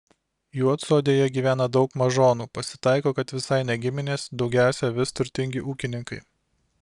juodsodėje gyvena daug mažonų pasitaiko kad visai ne giminės daugiausiai vis turtingi ūkininkai